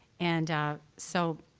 and so.